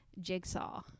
jigsaw